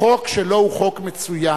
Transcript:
החוק שלו הוא חוק מצוין,